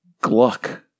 Gluck